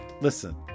Listen